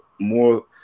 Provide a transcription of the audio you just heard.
more